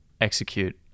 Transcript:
execute